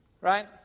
right